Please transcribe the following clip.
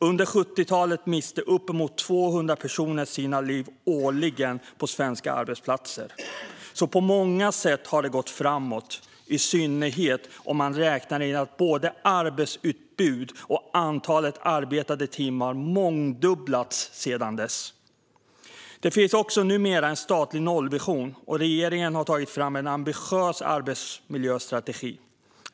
Under 70-talet miste årligen uppemot 200 personer livet på svenska arbetsplatser. På många sätt har det alltså gått framåt, i synnerhet om man räknar in att både arbetsutbud och antalet arbetade timmar mångdubblats sedan dess. Det finns också numera en statlig nollvision, och regeringen har tagit fram en ambitiös arbetsmiljöstrategi.